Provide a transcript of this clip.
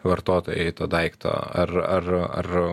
vartotojai to daikto ar ar ar